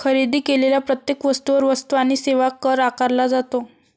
खरेदी केलेल्या प्रत्येक वस्तूवर वस्तू आणि सेवा कर आकारला जातो